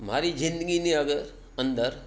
મારી જિંદગીની અગર અંદર